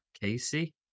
Casey